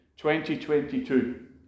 2022